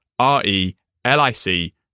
R-E-L-I-C